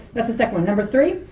that's the second one. number three,